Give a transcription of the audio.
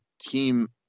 team